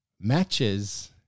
matches